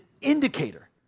indicator